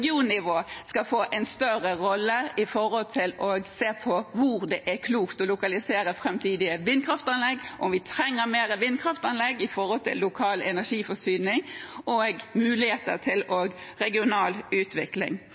hvor det er klokt å lokalisere framtidige vindkraftanlegg, om vi trenger mer vindkraftanlegg i forhold til lokal energiforsyning og muligheter til regional utvikling.